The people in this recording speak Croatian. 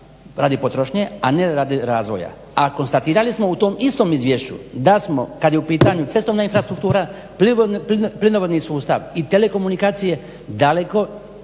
radi potrošnje a ne radi razvoja, a konstatirali smo u tom istom izvješću da smo kad je u pitanju cestovna infrastruktura plinovodni sustav i telekomunikacije daleko